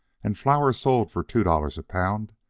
and flour sold for two dollars a pound,